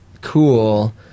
cool